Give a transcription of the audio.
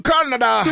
Canada